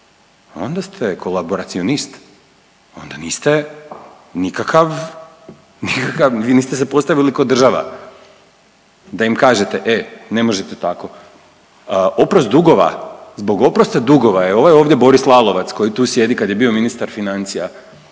onda ste kolaboracionist. Onda niste nikakav, vi niste se postavili kao država da im kažete e ne možete tako. Oprost dugova. Zbog oprosta dugova je ovaj ovdje Boris Lalovac koji tu sjedi kad je bio ministar financija